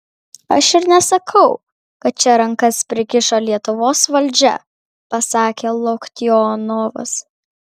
aš ir nesakau kad čia rankas prikišo lietuvos valdžia pasakė loktionovas